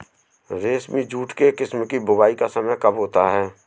रेबती jute के किस्म की बुवाई का समय कब होता है?